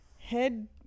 head